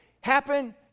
happen